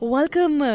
Welcome